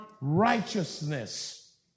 righteousness